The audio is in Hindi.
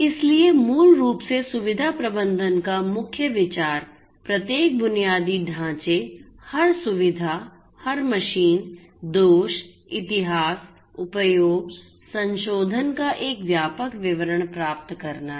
इसलिए मूल रूप से सुविधा प्रबंधन का मुख्य विचार प्रत्येक बुनियादी ढांचे हर सुविधा हर मशीन दोष इतिहास उपयोग संशोधन का एक व्यापक विवरण प्राप्त करना है